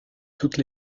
toutes